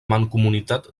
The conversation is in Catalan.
mancomunitat